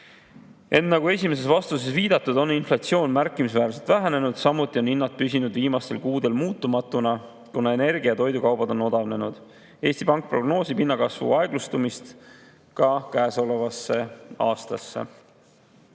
Nagu esimeses vastuses viidatud, on inflatsioon märkimisväärselt vähenenud. Samuti on hinnad püsinud viimastel kuudel muutumatuna, kuna energia ja toidukaubad on odavnenud. Eesti Pank prognoosib hinnakasvu aeglustumist ka käesolevaks aastaks.